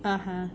(uh huh)